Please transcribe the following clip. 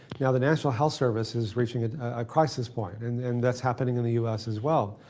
yeah the national health service is reaching a crisis point and and that's happening in the us as well.